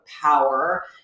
power